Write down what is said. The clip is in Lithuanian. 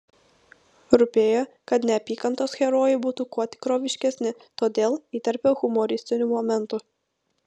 rūpėjo kad neapykantos herojai būtų kuo tikroviškesni todėl įterpiau humoristinių momentų